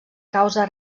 causa